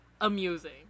amusing